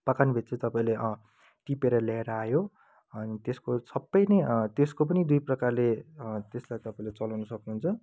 पाखनबेत चाहिँ तपाईँले टिपेर लिएर आयो अनि त्यसको सबै नै त्यसको पनि दुई प्रकारले त्यसलाई तपाईँले चलाउनु सक्नुहुन्छ